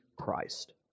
Christ